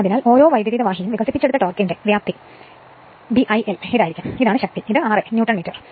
അതിനാൽ ഓരോ വൈദ്യുതീതവാഹിയുo വികസിപ്പിച്ചെടുത്ത ടോർക്കിന്റെ വ്യാപ്തി bIL ആയിരിക്കും ഇതാണ് ശക്തി ഇത് ra ന്യൂട്ടൺ മീറ്റർ